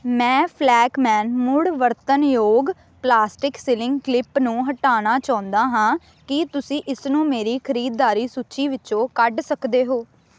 ਮੈਂ ਫਲੈਕਮੈਨ ਮੁੜ ਵਰਤਣਯੋਗ ਪਲਾਸਟਿਕ ਸੀਲਿੰਗ ਕਲਿੱਪ ਨੂੰ ਹਟਾਉਣਾ ਚਾਹੁੰਦਾ ਹਾਂ ਕੀ ਤੁਸੀਂ ਇਸਨੂੰ ਮੇਰੀ ਖਰੀਦਦਾਰੀ ਸੂਚੀ ਵਿੱਚੋਂ ਕੱਢ ਸਕਦੇ ਹੋ